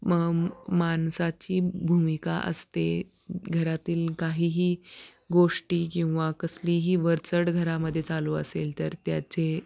म माणसाची भूमिका असते घरातील काहीही गोष्टी किंवा कसलीही वरचढ घरामध्ये चालू असेल तर त्याचे